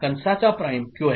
Qn' D'